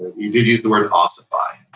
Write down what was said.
he did use the word ossify.